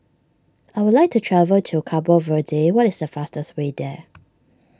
I would like to travel to Cabo Verde what is the fastest way there